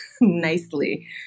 nicely